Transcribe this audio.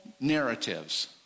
narratives